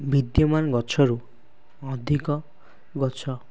ବିଦ୍ୟମାନ ଗଛରୁ ଅଧିକ ଗଛ